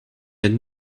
had